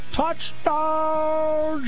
Touchdown